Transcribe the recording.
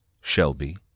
Shelby